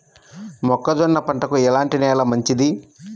మొక్క జొన్న పంటకు ఎలాంటి నేల మంచిది?